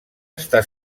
està